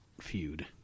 feud